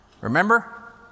Remember